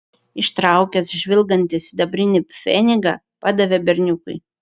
ištraukęs žvilgantį sidabrinį pfenigą padavė berniukui